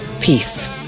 Peace